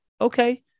Okay